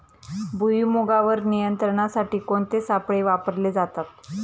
भुईमुगावर नियंत्रणासाठी कोणते सापळे वापरले जातात?